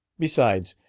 besides,